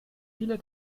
viele